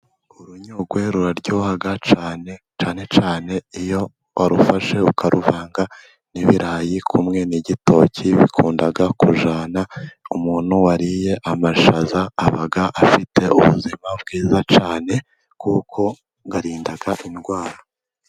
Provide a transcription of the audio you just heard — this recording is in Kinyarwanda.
urunyogwe ruraryoha cyane. Cyane cyane iyo warufashe ukaruvanga n'ibirayi, kumwe n'igitoki, bikunda kujyana. Umuntu wariye amashaza aba afite ubuzima bwiza cyane kuko arinda indwara.